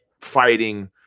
fighting